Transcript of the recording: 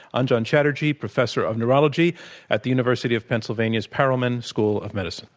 anjan chatterjee, professor of neurology at the university of pennsylvania's perelman school of medicine.